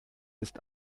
ist